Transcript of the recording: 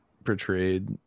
Portrayed